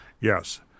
Yes